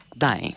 Dying